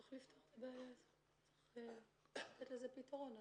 צריך לפתור את הבעיה הזאת, לתת זה פתרון.